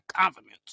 confidence